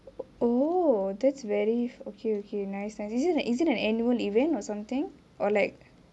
oh that's very okay okay nice nice is it a is it an annual event or something or like